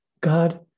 God